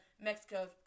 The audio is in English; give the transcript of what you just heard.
Mexico